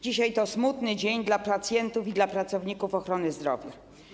Dzisiaj jest smutny dzień dla pacjentów i dla pracowników ochrony zdrowia.